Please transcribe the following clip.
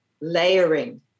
layering